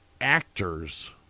actors